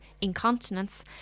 incontinence